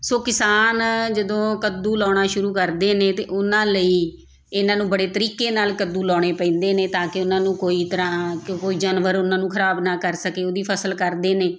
ਸੋ ਕਿਸਾਨ ਜਦੋਂ ਕੱਦੂ ਲਾਉਣਾ ਸ਼ੁਰੂ ਕਰਦੇ ਨੇ ਤਾਂ ਉਹਨਾਂ ਲਈ ਇਹਨਾਂ ਨੂੰ ਬੜੇ ਤਰੀਕੇ ਨਾਲ ਕੱਦੂ ਲਾਉਣੇ ਪੈਂਦੇ ਨੇ ਤਾਂ ਕਿ ਉਹਨਾਂ ਨੂੰ ਕੋਈ ਤਰ੍ਹਾਂ ਕਿ ਕੋਈ ਜਾਨਵਰ ਉਹਨਾਂ ਨੂੰ ਖ਼ਰਾਬ ਨਾ ਕਰ ਸਕੇ ਉਹਦੀ ਫ਼ਸਲ ਕਰਦੇ ਨੇ